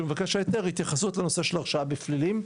מבקש ההיתר התייחסות לנושא של הרשעה בפלילים.